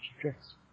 tricks